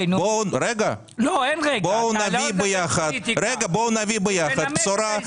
בואו נביא ביחד בשורה,